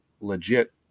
legit